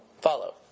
follow